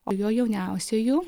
o juo jauniausiuoju